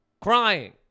crying